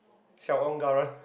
siao on garang